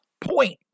point